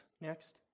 Next